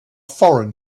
foreign